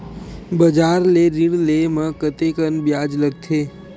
बजार ले ऋण ले म कतेकन ब्याज लगथे?